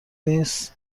نیست